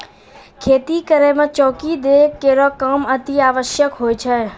खेती करै म चौकी दै केरो काम अतिआवश्यक होय छै